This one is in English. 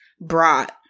brought